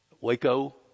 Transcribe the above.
Waco